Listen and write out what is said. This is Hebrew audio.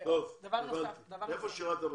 איפה שירת?